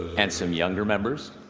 and some younger members.